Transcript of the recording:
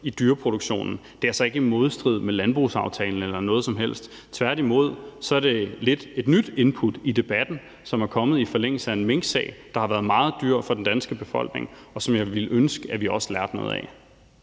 i dyreproduktionen, er altså ikke i modstrid med landbrugsaftalen eller noget som helst. Tværtimod er det et lidt nyt input i debatten, som er kommet i forlængelse af en minksag, der har været meget dyr for den danske befolkning, og som jeg ville ønske at vi også lærte noget af.